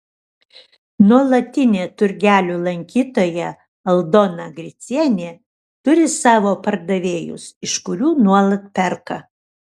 nuolatinė turgelių lankytoja aldona gricienė turi savo pardavėjus iš kurių nuolat perka